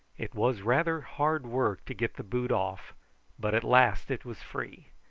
it was rather hard work to get the boot off but at last it was free,